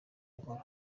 nkuru